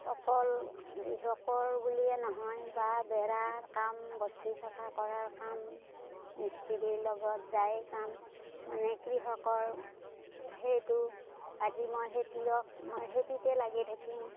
অকল কৃষকৰ বুলিয়ে নহয় বা বেৰাৰ কাম বস্তি চাফা কৰাৰ কাম মিস্ত্ৰীৰ লগত যায় কাম মানে কৃষকৰ সেইটো আজি মই খেতিয়ক মই খেতিতে লাগি থাকিম